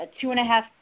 two-and-a-half